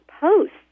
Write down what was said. posts